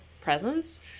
presence